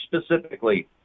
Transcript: specifically